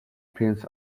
prince